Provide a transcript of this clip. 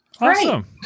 Awesome